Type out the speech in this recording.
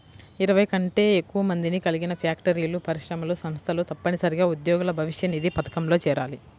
ఇరవై కంటే ఎక్కువ మందిని కలిగిన ఫ్యాక్టరీలు, పరిశ్రమలు, సంస్థలు తప్పనిసరిగా ఉద్యోగుల భవిష్యనిధి పథకంలో చేరాలి